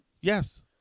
yes